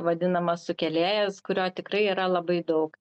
vadinamas sukėlėjas kurio tikrai yra labai daug